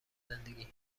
زندگی